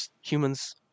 Humans